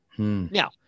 Now